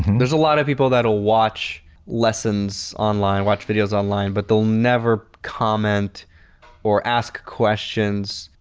there is a lot of people that will watch lessons online, watch videos online but they will never comment or ask questions.